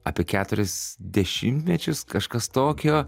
apie keturis dešimtmečius kažkas tokio